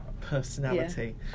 personality